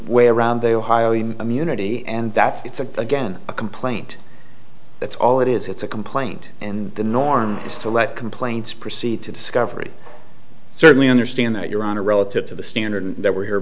way around the ohio immunity and that's it's a again a complaint that's all it is it's a complaint and the norm is to let complaints proceed to discovery certainly understand that your honor relative to the standard that we're here